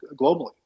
globally